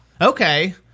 Okay